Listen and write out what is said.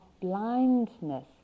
blindness